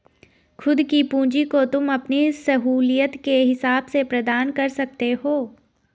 खुद की पूंजी को तुम अपनी सहूलियत के हिसाब से प्रदान कर सकते हो